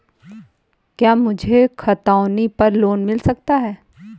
क्या मुझे खतौनी पर लोन मिल सकता है?